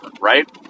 right